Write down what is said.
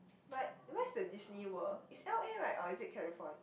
but where's the Disney World is L_A right or is it California